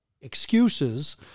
excuses